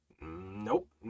Nope